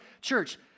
church